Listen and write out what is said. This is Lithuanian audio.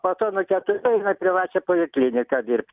po to nuo keturių eina į privačią polikliniką dirbti